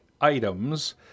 items